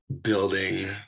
building